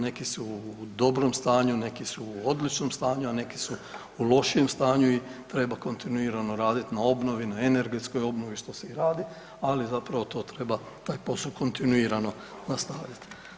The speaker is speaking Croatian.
Neki su u dobrom stanju, neki su u odličnom stanju, a neki su u lošijem stanju i treba kontinuirano raditi na obnovi, na energetskoj obnovi što se i radi, ali zapravo to treba taj posao kontinuirano nastavljati.